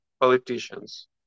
politicians